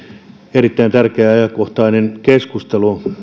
erittäin tärkeä ja ajankohtainen keskustelu